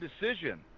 decision